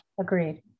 Agreed